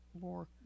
more